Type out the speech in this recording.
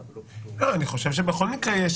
לא, אני חושב שבכל מקרה יש